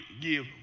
give